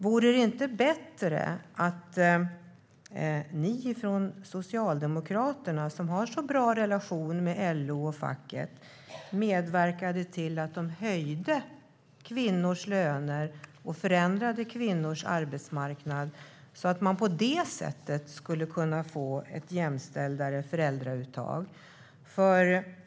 Vore det inte bättre att Socialdemokraterna, som har så bra relation med LO och facket, medverkar till att kvinnors löner höjs och till att förändra kvinnors arbetsmarknad för att på det sättet få ett mer jämställt uttag av föräldraledigheten?